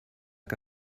que